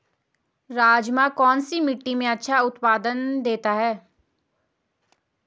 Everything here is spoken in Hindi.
राजमा कौन सी मिट्टी में अच्छा उत्पादन देता है?